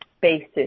basis